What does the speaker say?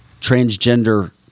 transgender